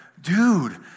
dude